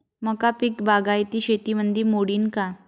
मका पीक बागायती शेतीमंदी मोडीन का?